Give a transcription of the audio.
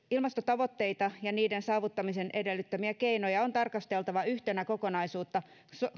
ilmastotavoitteita ja niiden saavuttamisen edellyttämiä keinoja on tarkasteltava yhtenä kokonaisuutena